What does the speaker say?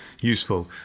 useful